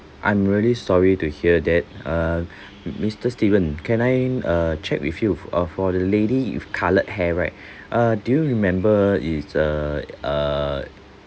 I'm really sorry to hear that uh mister steven can I err check with you uh for the lady with coloured hair right err do you remember it's a uh